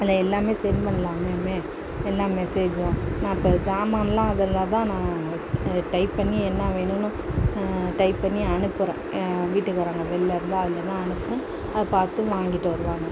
அதில் எல்லாமே சென்ட் பண்ணலாமேமே எல்லா மெசேஜும் நான் இப்போ சாமான்லாம் அதில் தான் நான் டைப் பண்ணி என்ன வேணும்ன்னு டைப் பண்ணி அனுப்புகிறேன் வீட்டுக்காரங்கள் வெளில இருந்தால் அதில் தான் அனுப்புவேன் அதை பார்த்து வாங்கிட்டு வருவாங்க